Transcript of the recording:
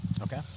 Okay